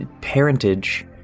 parentage